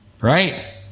Right